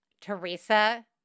Teresa